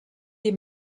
die